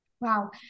Wow